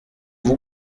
vous